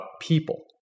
people